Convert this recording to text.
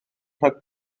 rhag